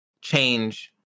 change